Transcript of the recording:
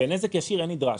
בנזק ישיר אין נדרש.